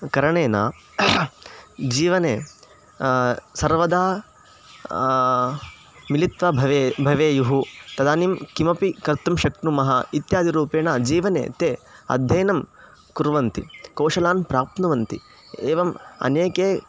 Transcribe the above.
करणेन जीवने सर्वदा मिलित्वा भवे भवेयुः तदानीं किमपि कर्तुं शक्नुमः इत्यादिरूपेण जीवने ते अध्ययनं कुर्वन्ति कौशलान् प्राप्नुवन्ति एवम् अनेकाः